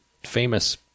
famous